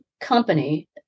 company